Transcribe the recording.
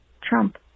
Trump